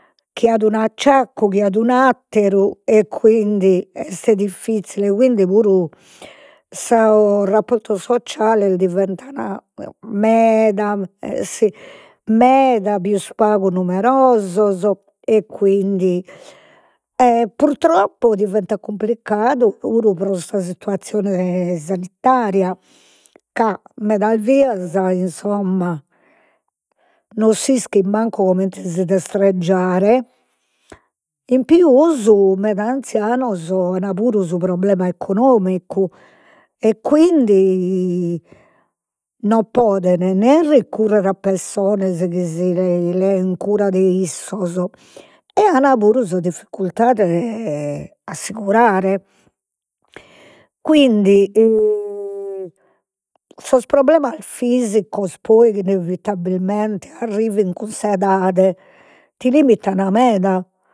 Che at un'acciaccu, chie at un'atteru, e quindi est diffizzile, quindi puru sos rapportos sozziales diventan meda e si meda pius pagu numerosos e quindi, e purtroppo diventat cumplicadu puru pro sa situascione sanitaria, ca medas bias insomma non s'ischit mancu comente si destreggiare, in pius meda anzianos an puru su problema economicu, e quindi non poden nè recurrer a pessonas chi si lên cura de issos a an puru sa difficultade a si curare, quindi sos problemas fisicos chi poi inevitabbilmente arrivin cun s'edade ti limitan meda